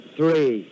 Three